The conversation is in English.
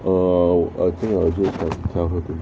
err I think I'll just like tell her to